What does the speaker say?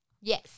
Yes